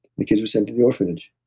the kids were sent to the orphanage